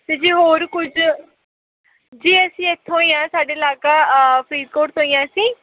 ਅਤੇ ਜੇ ਹੋਰ ਕੁਝ ਜੀ ਅਸੀਂ ਇੱਥੋਂ ਹੀ ਹੈ ਸਾਡਾ ਇਲਾਕਾ ਫਰੀਦਕੋਟ ਤੋਂ ਹੀ ਹੈ ਅਸੀਂ